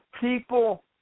people